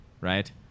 right